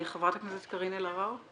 חברת הכנסת קארין אלהרר.